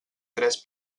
tres